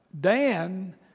Dan